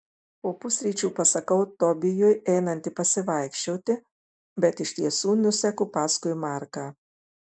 po pusryčių pasakau tobijui einanti pasivaikščioti bet iš tiesų nuseku paskui marką